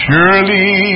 Surely